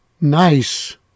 Nice